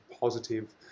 positive